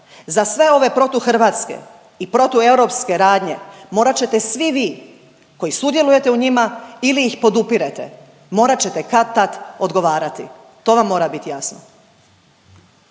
Za sve ove protuhrvatske i protueuropske radnje, morat ćete svi vi koji sudjelujete u njima ili ih podupirete, morat ćete kad-tad odgovarati. To vam mora bit jasno.